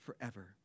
forever